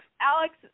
Alex